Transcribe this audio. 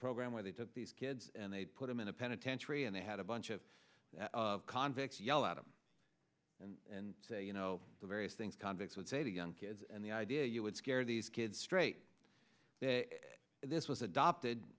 program where they took these kids and they put them in a penitentiary and they had a bunch of convicts yell at him and say you know the various things convicts would say to young kids and the idea you would scare these kids straight this was adopted